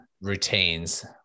routines